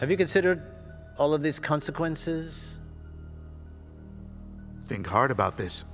have you considered all of these consequences think hard about this